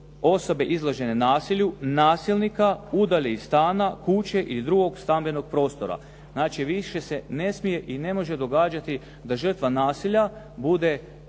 osobe izložene nasilju nasilnika iz stana, kuće ili iz drugog stambenog prostora. Znači više se ne smije i ne može događati da žrtva nasilja bude